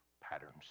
patterns